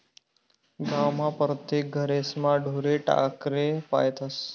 गावमा परतेक घरेस्मा ढोरे ढाकरे पायतस